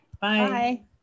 bye